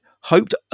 hoped